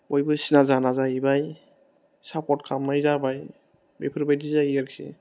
बयबो सिना जाना जाहैबाय सापर्त खालामनाय जाबाय बेफोरबायदि जायो आरोखि